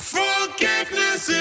forgiveness